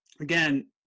Again